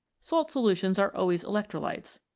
salt solutions are always electrolytes,